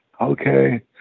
Okay